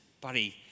buddy